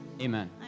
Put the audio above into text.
Amen